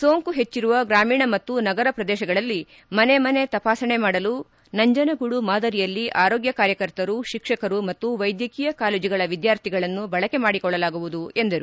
ಸೋಂಕು ಪೆಚ್ಚರುವ ಗ್ರಾಮೀಣ ಮತ್ತು ನಗರ ಪ್ರದೇಶಗಳಲ್ಲಿ ಮನೆ ಮನೆ ತಪಾಸಣೆ ಮಾಡಲು ನಂಜನಗೂಡು ಮಾದರಿಯಲ್ಲಿ ಆರೋಗ್ಯ ಕಾರ್ಯಕರ್ತರು ಶಿಕ್ಷಕರು ಮತ್ತು ವೈದ್ಯಕೀಯ ಕಾಲೇಜುಗಳ ವಿದ್ಯಾರ್ಥಿಗಳನ್ನು ಬಳಕೆ ಮಾಡಿಕೊಳ್ಳಲಾಗುವುದು ಎಂದರು